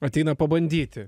ateina pabandyti